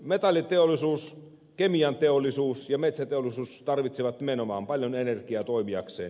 metalliteollisuus kemianteollisuus ja metsäteollisuus tarvitsevat nimenomaan paljon energiaa toimiakseen